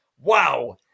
Wow